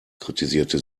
kritisierte